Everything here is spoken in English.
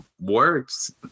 works